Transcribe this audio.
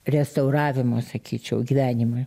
restauravimo sakyčiau gyvenimui